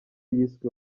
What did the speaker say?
yiswe